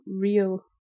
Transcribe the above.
real